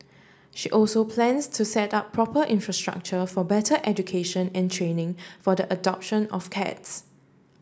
she also plans to set up proper infrastructure for better education and training for the adoption of cats